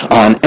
on